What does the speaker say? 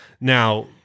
Now